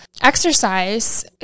exercise